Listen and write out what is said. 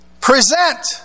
present